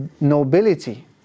nobility